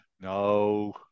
No